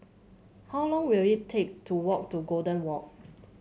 how long will it take to walk to Golden Walk